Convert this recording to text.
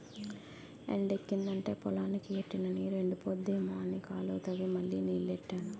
ఎండెక్కిదంటే పొలానికి ఎట్టిన నీరు ఎండిపోద్దేమో అని కాలువ తవ్వి మళ్ళీ నీల్లెట్టాను